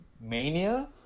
mania